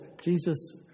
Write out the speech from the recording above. Jesus